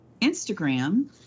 Instagram